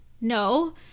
no